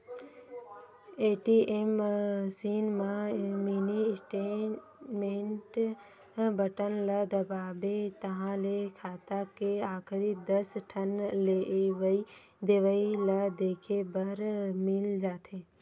ATM machine म mini statement button ल दबाबे ताहाँले खाता के आखरी दस ठन लेवइ देवइ ल देखे बर मिल जाथे